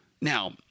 Now